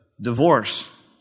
divorce